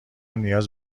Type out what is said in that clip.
نیاز